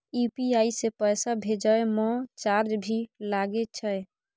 UPI से पैसा भेजै म चार्ज भी लागे छै?